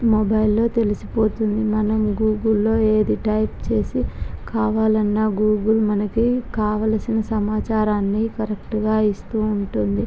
మొబైల్లో తెలిసిపోతుంది మనము గూగుల్లో ఏది టైప్ చేసి కావాలన్నా గూగుల్ మనకి కావలసిన సమాచారాన్ని కరెక్టుగా ఇస్తూ ఉంటుంది